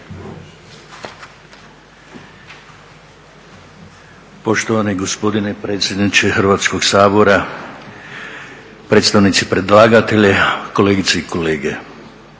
Poštovani gospodine predsjedniče Hrvatskog sabora, predstavnici predlagatelja, kolegice i kolege.